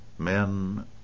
Men